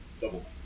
double